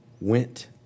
Went